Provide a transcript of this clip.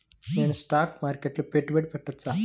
నేను స్టాక్ మార్కెట్లో పెట్టుబడి పెట్టవచ్చా?